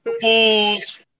fools